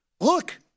look